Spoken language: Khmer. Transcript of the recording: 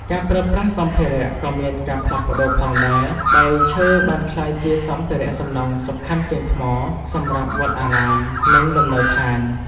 ការប្រើប្រាស់សម្ភារៈក៏មានការផ្លាស់ប្តូរផងដែរ ដោយឈើបានក្លាយជាសម្ភារៈសំណង់សំខាន់ជាងថ្ម សម្រាប់វត្តអារាម និងលំនៅឋាន។